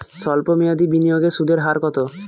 সল্প মেয়াদি বিনিয়োগের সুদের হার কত?